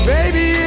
Baby